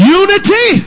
unity